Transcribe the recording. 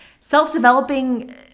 self-developing